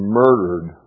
murdered